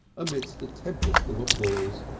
amidst a tempest of applause.